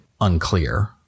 unclear